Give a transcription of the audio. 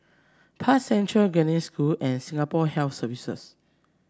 Park Central Genesis School and Singapore Health Services